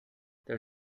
there